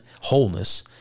wholeness